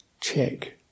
check